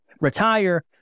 retire